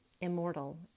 immortal